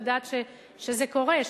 לדעת שזה קורה,